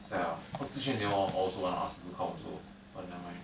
sad lah cause zhi xuan they all all also want to ask people come also but never mind